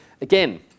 again